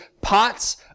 pots